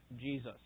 Jesus